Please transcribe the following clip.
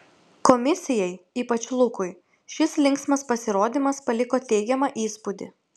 komisijai ypač lukui šis linksmas pasirodymas paliko teigiamą įspūdį